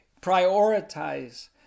prioritize